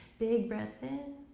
big breath in,